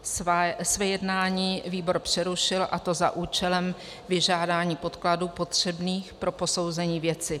Své jednání výbor přerušil, a to za účelem vyžádání podkladů potřebných pro posouzení věci.